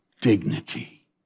dignity